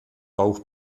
bauch